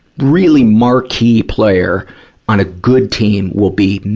really marquee player on a good team will be,